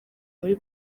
muri